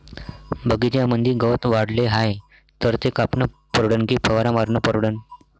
बगीच्यामंदी गवत वाढले हाये तर ते कापनं परवडन की फवारा मारनं परवडन?